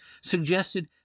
suggested